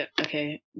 Okay